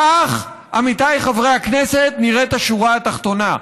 כך, עמיתיי חברי הכנסת, נראית השורה התחתונה,